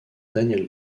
daniel